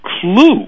clue